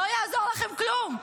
לא יעזור לכם כלום.